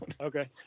Okay